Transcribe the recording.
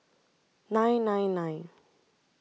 nine nine nine